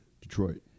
Detroit